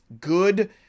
good